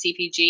CPG